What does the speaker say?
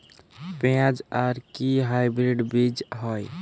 পেঁয়াজ এর কি হাইব্রিড বীজ হয়?